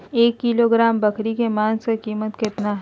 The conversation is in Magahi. एक किलोग्राम बकरी के मांस का कीमत कितना है?